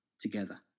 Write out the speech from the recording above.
together